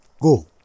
go